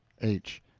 h.